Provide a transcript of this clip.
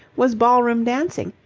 was ballroom dancing,